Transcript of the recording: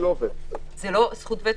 זו לא זכות וטו.